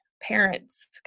parents